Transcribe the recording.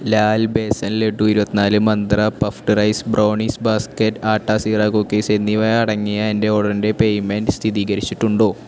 ലാൽ ബേസൻ ലഡ്ഡു ഇരുപത്തിനാല് Mantra puffed rice brownies basket atta jeera cookies എന്നിവ അടങ്ങിയ എന്റെ ഓർഡറിന്റെ പേയ്മെൻറ് സ്ഥിതീകരിച്ചിട്ടുണ്ടോ